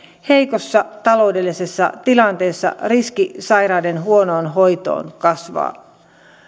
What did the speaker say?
heikossa taloudellisessa tilanteessa riski sairauden huonoon hoitoon kasvaa